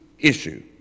issue